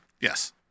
Yes